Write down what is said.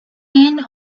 end